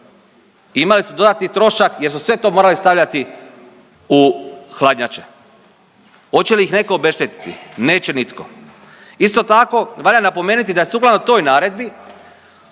Imali su dodatni trošak jer su sve to morali stavljati u hladnjače. Hoće li ih netko obeštetiti? Neće nitko. Isto tako valja napomenuti da je sukladno toj naredbi